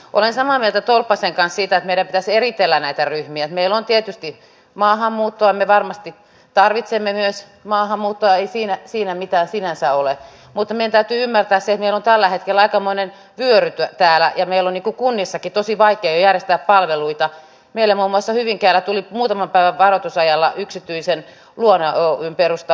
olen samaa mieltä tolppasenkaan siitä vedettä sinnitellä näitä ryhmiä melan tietysti maahanmuuttoa me varmasti tarvitsemme myös maahanmuutto ei siinä siinä mitään sinänsä ole mutta me täytyy ymmärtää sen jo tällä hetkellä komonen pyörittää täällä ja meloni kunnissakin tosi vaikea järjestää palveluita mielen omassa hyvinkää tuli muutaman päivän varoitusajalla yksityisen luona oyn perusta